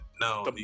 No